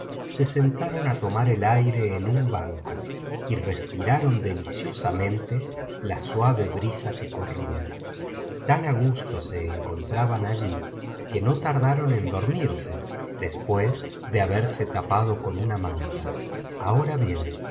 se sentaron á tomar el aire en un banco y respiraron deliciosamente la suave brisa que corría y tan á gusto se encontraban allí que no tardaron en dormirse después de haberse tapado con una manta ahora bien